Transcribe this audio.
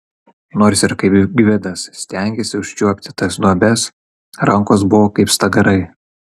nors ir kaip gvidas stengėsi užčiuopti tas duobes rankos buvo kaip stagarai